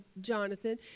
Jonathan